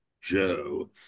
Joe